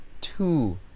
two